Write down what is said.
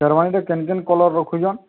ସେର୍ୱାନୀଟା କେନ୍ କେନ୍ କଲର୍ ରଖୁଛନ୍